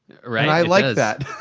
and i like that!